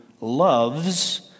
loves